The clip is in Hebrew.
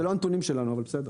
זה לא הנתונים שלנו אבל בסדר.